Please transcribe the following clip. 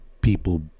people